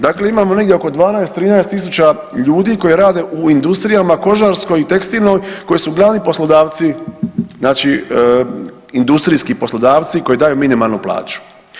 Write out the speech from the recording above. Dakle, imamo negdje oko 12-13.000 ljudi koji rade u industrijama kožarskoj i tekstilnoj koji su glavni poslodavci, znači industrijski poslodavci koji daju minimalnu plaću.